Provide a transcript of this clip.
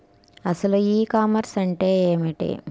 అసలు ఈ కామర్స్ అంటే ఏమిటి?